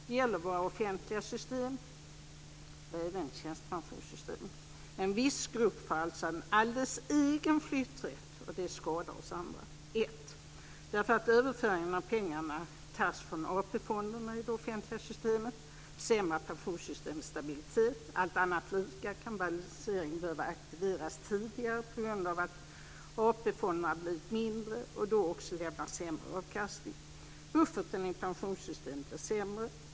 Det gäller våra offentliga system, även tjänstepensionssystem. En viss grupp får en alldeles egen flytträtt, och det skadar oss andra: 1. Därför att överföringarna av pengarna tas från AP-fonderna i det offentliga systemet. Det försämrar pensionssystemets stabilitet. Allt annat lika kan balanseringen behöva aktiveras tidigare på grund av att AP-fonderna blivit mindre och då också lämnar sämre avkastning. Bufferten i pensionssystemet blir sämre.